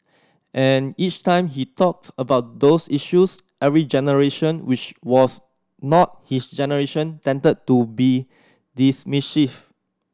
and each time he talked about those issues every generation which was not his generation tended to be dismissive